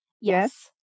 Yes